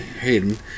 Hayden